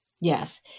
yes